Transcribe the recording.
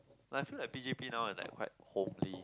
I feel like P_G_P now is like quite homely